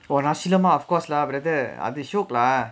for nasi lemak of course lah brother அது:athu shiok lah